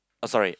oh sorry